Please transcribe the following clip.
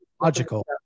logical